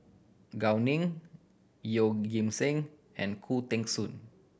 Gao Ning Yeoh Ghim Seng and Khoo Teng Soon